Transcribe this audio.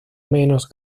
menos